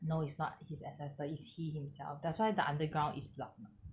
no it's not his ancestors is he himself that's why the underground is block